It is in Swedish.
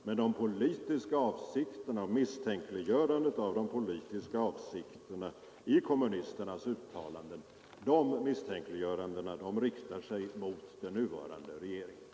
Men misstänkliggörandet av de politiska avsikterna i kommunisternas uttalanden riktar sig mot den nuvarande regeringen.